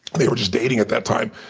they were just dating at that time.